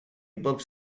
above